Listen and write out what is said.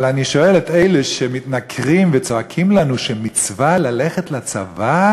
אבל אני שואל את אלה שמתנכרים וצועקים לנו שמצווה ללכת לצבא,